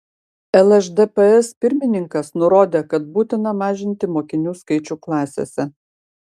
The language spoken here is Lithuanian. lšdps pirmininkas nurodė kad būtina mažinti mokinių skaičių klasėse